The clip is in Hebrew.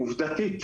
עובדתית,